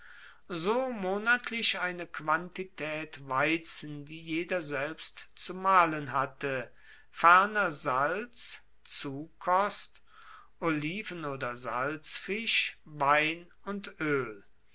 so monatlich eine quantitaet weizen die jeder selbst zu mahlen hatte ferner salz zukost oliven oder salzfisch wein und oel